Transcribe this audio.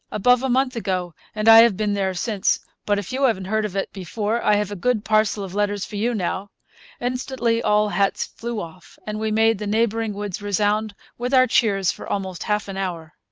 above a month ago and i have been there since but if you haven't heard of it before, i have a good parcel of letters for you now instantly all hats flew off, and we made the neighbouring woods resound with our cheers for almost half an hour.